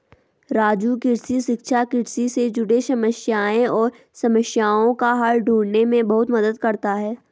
राजू कृषि शिक्षा कृषि से जुड़े समस्याएं और समस्याओं का हल ढूंढने में बहुत मदद करता है